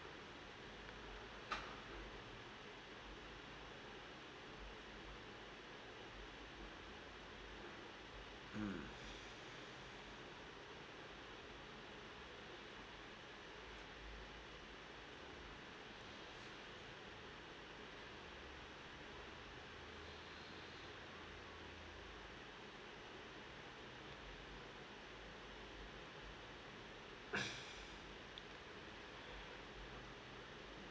mm